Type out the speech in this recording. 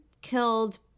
killed